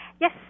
Yes